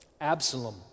Absalom